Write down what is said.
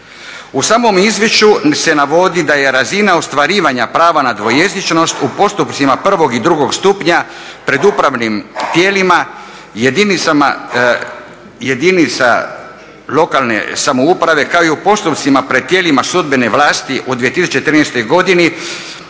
U samom izvješću se navodi da je razina ostvarivanja prava na dvojezičnost u postupcima prvog i drugog stupnja pred upravnim tijelima jedinice lokalne samouprave kao i u postupcima pred tijelima sudbene vlasti u 2013.godini